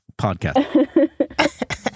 podcast